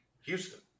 Houston